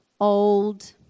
old